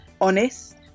honest